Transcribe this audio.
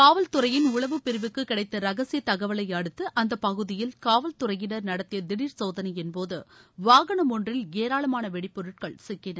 காவல் துறையின் உளவுப்பிரிவுக்கு கிடைத்த ரகசிய தகவலை அடுத்து அந்த பகுதியில் காவல் துறையினர் நடத்திய திடர் சோதனையின்போது வாகனம் ஒன்றில் ஏராளமான வெடிப்பொருட்கள் சிக்கின்